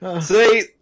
See